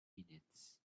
minutes